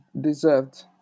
deserved